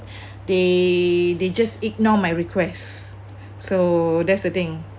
they they just ignore my requests so that's the thing